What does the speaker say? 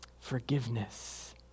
Forgiveness